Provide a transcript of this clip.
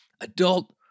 adult